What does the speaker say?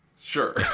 Sure